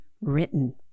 written